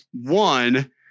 one